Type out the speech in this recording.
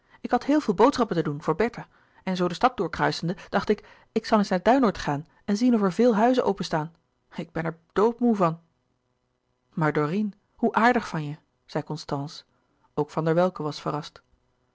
ik had heel veel boodschappen te doen voor bertha en zoo de stad doorkruisende dacht ik ik zal eens naar duinoord gaan en zien of er veel huizen openstaan ik ben er doodmoê van maar dorine hoe aardig van je zei constance ook van der welcke was verrast